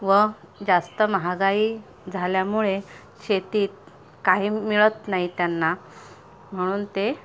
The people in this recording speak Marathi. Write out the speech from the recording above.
व जास्त महागाई झाल्यामुळे शेतीत काही मिळत नाही त्यांना म्हणून ते